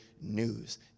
news